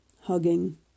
hugging